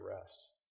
rest